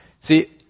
See